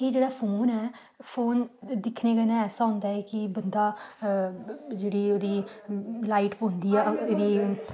एह् जेह्ड़ा फोन ऐ फोन दिक्खने कन्नै ऐसा होंदा कि बंदा जेह्ड़ी एह्दी लाईट पौंदी ऐ एह्दी